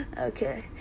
okay